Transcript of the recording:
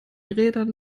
rädern